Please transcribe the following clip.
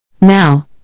Now